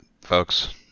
folks